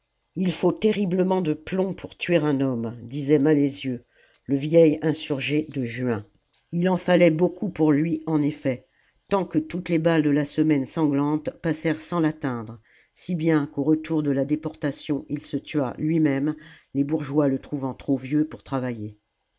il faut terriblement de plomb pour tuer un homme disait malezieux le vieil insurgé de juin la commune il en fallait beaucoup pour lui en effet tant que toutes les balles de la semaine sanglante passèrent sans l'atteindre si bien qu'au retour de la déportation il se tua lui-même les bourgeois le trouvant trop vieux pour travailler